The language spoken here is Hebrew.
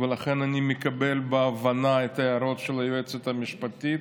ולכן אני מקבל בהבנה את ההערות של היועצת המשפטית,